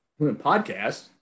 Podcast